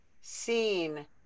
seen